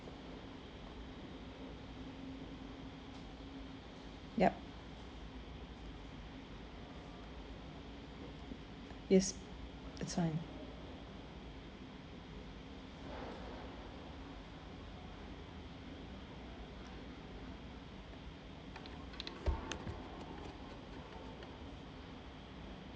yup yes that's fine